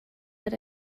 but